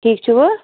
ٹھیٖک چھُوٕ